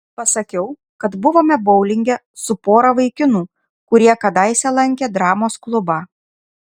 pasakiau kad buvome boulinge su pora vaikinų kurie kadaise lankė dramos klubą